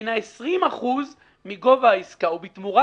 הינה 20% מגובה העסקה, ובתמורה